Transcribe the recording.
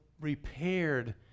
repaired